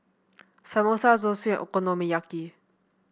Samosa Zosui Okonomiyaki